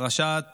פרשת